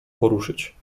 poruszyć